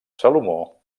salomó